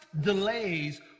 delays